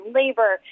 labor